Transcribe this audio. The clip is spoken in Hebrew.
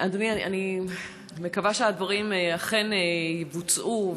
אדוני, אני מקווה שהדברים אכן יבוצעו.